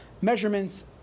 Measurements